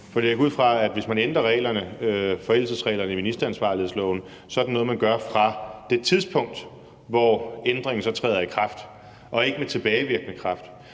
For jeg går ud fra, at hvis man ændrer forældelsesreglerne i ministeransvarlighedsloven, er det noget, man gør fra det tidspunkt, hvor ændringen så træder i kraft og ikke med tilbagevirkende kraft.